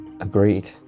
Agreed